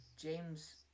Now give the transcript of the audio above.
James